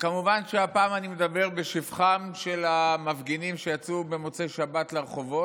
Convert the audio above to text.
כמובן שהפעם אני מדבר בשבחם של המפגינים שיצאו במוצאי שבת לרחובות,